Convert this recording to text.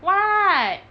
what